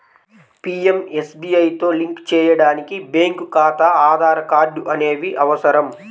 పీయంఎస్బీఐతో లింక్ చేయడానికి బ్యేంకు ఖాతా, ఆధార్ కార్డ్ అనేవి అవసరం